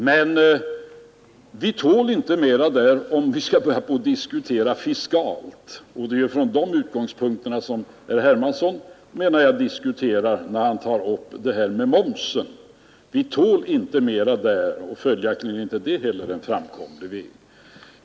Men vi tål inte mera där, om vi skall diskutera fiskalt, och det är från de utgångspunkterna, menar jag, som herr Hermansson diskuterar, när han tar upp det här med momsen. Vi tål inte mera där och följaktligen är inte det heller en framkomlig väg.